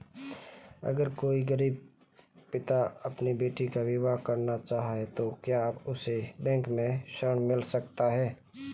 अगर कोई गरीब पिता अपनी बेटी का विवाह करना चाहे तो क्या उसे बैंक से ऋण मिल सकता है?